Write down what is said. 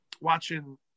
watching